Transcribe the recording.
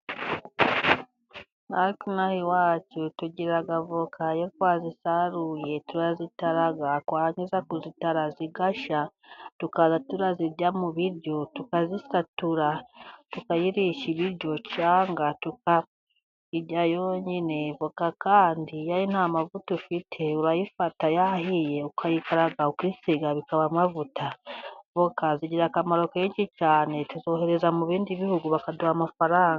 Na twe ino aha iwacu tugira avoka. Iyo twazisaruye turazitara twarangiza kuzitara zigashya. Tukaba tuzirya mu biryo, tukazisatura tukayirisha ibiryo cyangwa tukayirya yonyine. Voka kandi iyo nta mavuta ufite urayifata yahiye ukayikaraga ukisiga bikaba amavuta. Voka zigira akamaro kenshi cyane, tuzohereza mu bindi bihugu bakaduha amafaranga.